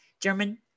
German